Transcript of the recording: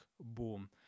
boom